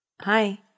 Hi